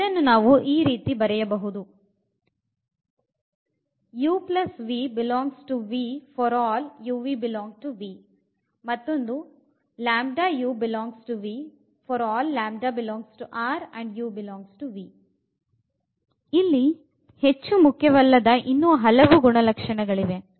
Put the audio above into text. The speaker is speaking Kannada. ಇಲ್ಲಿ ಹೆಚ್ಚು ಮುಖ್ಯವಲ್ಲದ ಇನ್ನು ಹಲವು ಗುಣಗಳಿವೆ